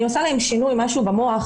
אני עושה להם שינוי, משהו במוח,